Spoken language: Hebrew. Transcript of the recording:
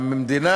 המדינה,